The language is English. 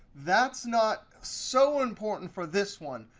that's not so important for this one.